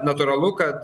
natūralu kad